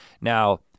Now